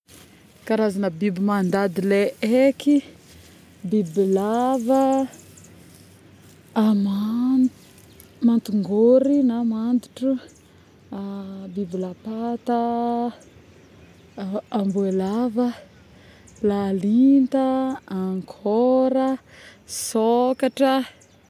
Karazagna biby mandady lay haiky bibilava aman…mantongory na mandotro biby latata amboelava lalinta ,ankora, sôkatra